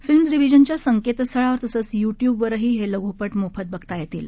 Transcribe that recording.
film डिविजनच्या संकेत स्थळावर तसंच युट्यूबवरही हे लघुपट मोफत बघता येतील